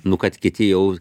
nu kad kiti jau